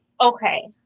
okay